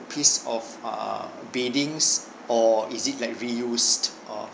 piece of err beddings or is it like reused uh